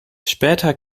später